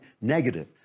negative